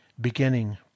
beginning